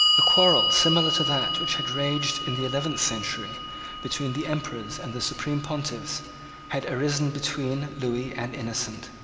a quarrel similar to that which had raged in the eleventh century between the emperors and the supreme pontiffs had arisen between lewis and innocent.